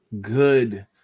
good